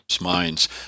minds